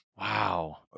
Wow